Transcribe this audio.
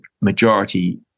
majority